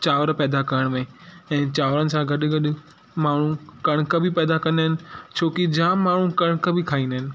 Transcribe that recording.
चांवर पैदा करण में ऐं चांवरनि सां गॾु गॾु माण्हूं कणक बि पैदा कंदा आहिनि छोकी जाम माण्हूं कणक बि खाईंदा आहिनि